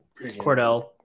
Cordell